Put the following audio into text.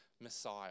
Messiah